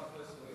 אנחנו ממשיכים